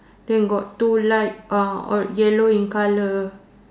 then got two light yellow in colour